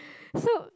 so